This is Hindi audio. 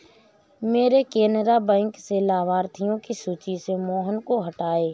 मेरे केनरा बैंक से लाभार्थियों की सूची से मोहन को हटाइए